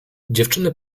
dziewczyny